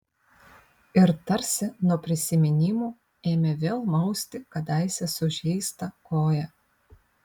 ir tarsi nuo prisiminimų ėmė vėl mausti kadaise sužeistą koją